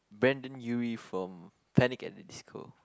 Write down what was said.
Brandon Urie from Panic at the Disco